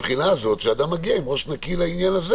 כי אדם מגיע עם ראש נקי לזה.